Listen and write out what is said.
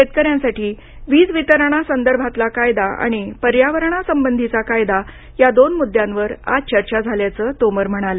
शेतकऱ्यांसाठी वीज वितारणासंदर्भातला कायदा आणि पर्यावरणासंबंधीचा कायदा या दोन मुद्द्यांवर आज चर्चा झाल्याचं तोमर म्हणाले